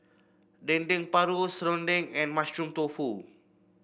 Dendeng Paru serunding and Mushroom Tofu